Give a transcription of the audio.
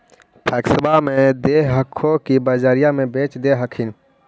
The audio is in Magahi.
पैक्सबा मे दे हको की बजरिये मे बेच दे हखिन?